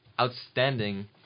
outstanding